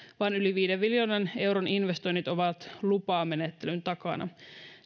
vaan yli viiden miljoonan euron investoinnit ovat lupamenettelyn takana